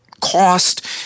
cost